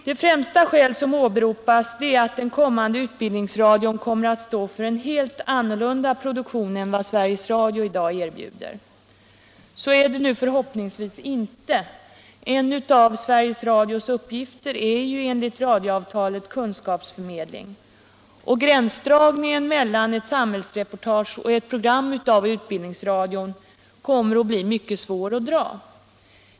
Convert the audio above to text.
Det främsta skäl som åberopats är att den kommande utbildningsradion kommer att stå för en helt annorlunda produktion än vad Sveriges Radio i dag erbjuder. Så är det nu förhoppningsvis inte — en av Sveriges Radios uppgifter är ju enligt radioavtalet kunskapsförmedling, och gränsdragningen mellan ett samhällsreportage och ett program av utbildningsradion kommer att bli mycket svår att göra.